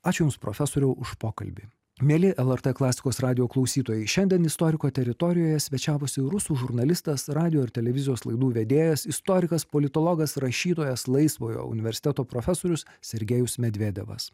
ačiū jums profesoriau už pokalbį mieli lrt klasikos radijo klausytojai šiandien istoriko teritorijoje svečiavosi rusų žurnalistas radijo ir televizijos laidų vedėjas istorikas politologas rašytojas laisvojo universiteto profesorius sergejus medvedevas